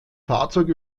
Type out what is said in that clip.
fahrzeug